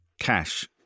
cash